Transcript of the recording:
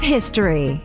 History